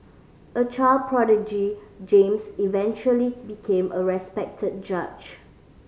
a child prodigy James eventually became a respected judge